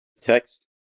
text